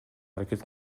аракет